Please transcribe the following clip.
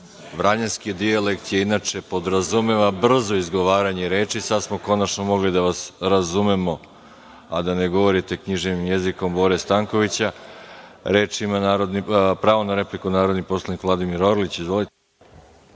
Vranjanski dijalekt inače podrazumeva brzo izgovaranje reči, sada smo konačno mogli da vas razumemo, a da ne govorite književnim jezikom Bore Stankovića. Pravo na repliku ima narodni poslanik Vladimir Orlić. Izvolite.